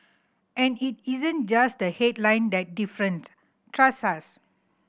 and it isn't just the headline that different trust us